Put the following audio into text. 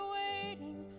waiting